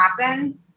happen